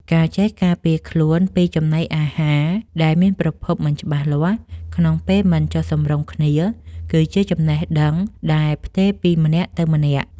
ការចេះការពារខ្លួនពីចំណីអាហារដែលមានប្រភពមិនច្បាស់លាស់ក្នុងពេលមិនចុះសម្រុងគ្នាគឺជាចំណេះដឹងដែលផ្ទេរពីម្នាក់ទៅម្នាក់។